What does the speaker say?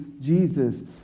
Jesus